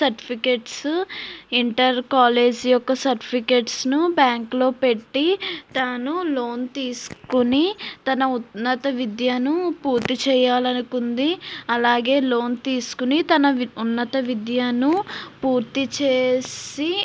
certificates inter college యొక్క సర్టిఫికెట్స్ను బ్యాంకులో పెట్టి తాను లోన్ తీసుకుని తన ఉన్నత విద్యను పూర్తి చేయాలనుకుంది అలాగే లోన్ తీసుకుని తన ఉన్నత విద్యను పూర్తి చేసి